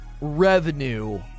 revenue